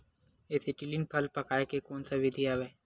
Acetylene फल पकाय के कोन सा विधि आवे?